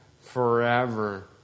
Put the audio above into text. forever